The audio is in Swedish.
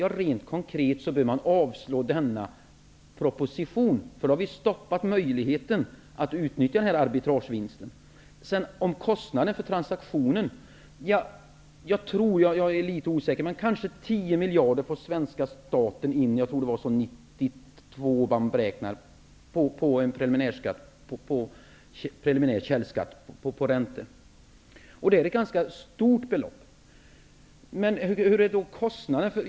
Ja, rent konkret bör man avslå denna proposition. Därmed har vi stoppat möjligheten att utnyttja arbitragevinster. I fråga om kostnaden för transaktionen tror jag -- men jag är litet osäker -- att svenska staten 1992 fick in 10 miljarder i preliminär källskatt på räntor. Det är ett ganska stort belopp. Men hur är då kostnaden?